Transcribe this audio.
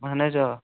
اَہَن حظ آ